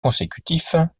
consécutifs